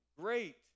great